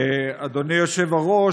אדוני היושב-ראש,